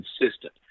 consistent